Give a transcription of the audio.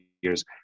years